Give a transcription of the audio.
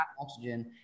oxygen